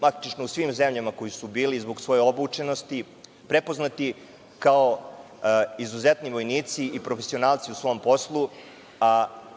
praktično u svim zemljama u kojima su bili zbog svoje obučenosti, prepoznati kao izuzetni vojnici i profesionalci u svom poslu,